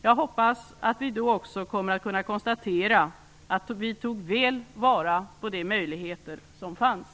Jag hoppas att vi då också kommer att kunna konstatera att vi tog väl vara på de möjligheter som fanns.